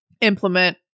implement